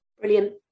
brilliant